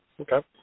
Okay